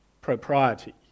propriety